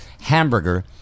hamburger